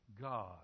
God